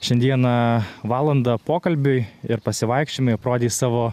šiandieną valandą pokalbiui ir pasivaikščiojimui aprodei savo